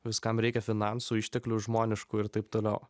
viskam reikia finansų išteklių žmoniškų ir taip toliau